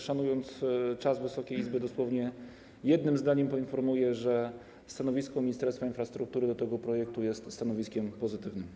Szanując czas Wysokiej Izby, dosłownie jednym zdaniem poinformuję, że stanowisko Ministerstwa Infrastruktury odnośnie do tego projektu jest stanowiskiem pozytywnym.